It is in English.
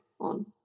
on